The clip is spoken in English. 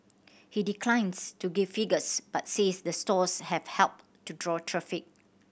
he declines to give figures but says the stores have helped to draw traffic